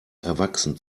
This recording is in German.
erwachsen